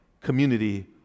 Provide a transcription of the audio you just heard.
community